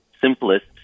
simplest